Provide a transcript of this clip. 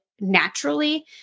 naturally